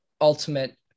ultimate